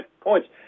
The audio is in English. points